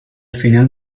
final